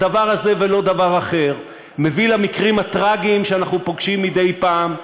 הדבר הזה ולא דבר אחר מביא למקרים הטרגיים שאנחנו פוגשים מדי פעם,